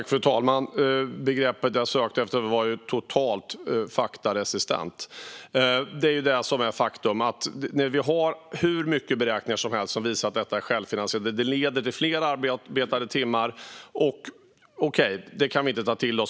Fru talman! Vänsterpartiet är totalt faktaresistent. Jag sökte efter det begreppet i min förra replik. Faktum är att vi har hur mycket beräkningar som helst som visar att detta är självfinansierande. Det leder till fler arbetade timmar. Men det kan Vänsterpartiet inte ta till sig.